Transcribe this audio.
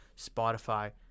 Spotify